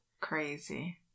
crazy